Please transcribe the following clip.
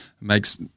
makes